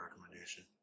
recommendation